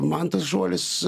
man tas žodis